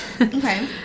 Okay